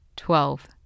Twelve